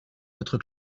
votre